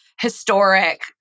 historic